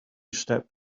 stepped